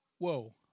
Whoa